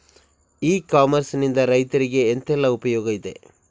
E commerce ನಿಂದ ರೈತರಿಗೆ ಎಂತೆಲ್ಲ ಉಪಯೋಗ ಇದೆ?